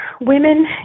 women